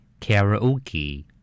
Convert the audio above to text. Karaoke